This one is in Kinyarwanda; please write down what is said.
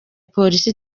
polisi